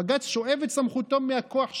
בג"ץ שואב את סמכותו מהכוח שלנו.